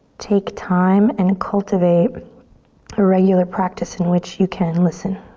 take time and cultivate a regular practice in which you can listen.